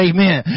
Amen